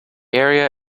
area